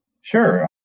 Sure